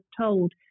told